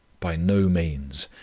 by no means.